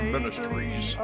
Ministries